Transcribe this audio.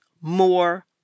more